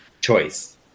choice